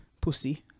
Pussy